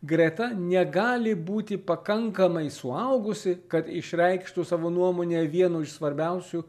greta negali būti pakankamai suaugusi kad išreikštų savo nuomonę vienu iš svarbiausių